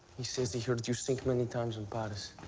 he says he heard you sing many times in paris.